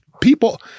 people